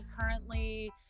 currently